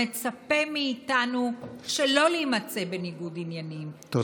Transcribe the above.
המצפה מאיתנו שלא להימצא בניגוד עניינים -- תודה.